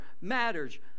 matters